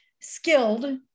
skilled